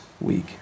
week